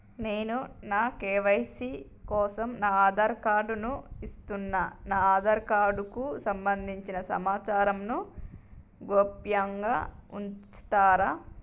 నేను నా కే.వై.సీ కోసం నా ఆధార్ కార్డు ను ఇస్తున్నా నా ఆధార్ కార్డుకు సంబంధించిన సమాచారంను గోప్యంగా ఉంచుతరా?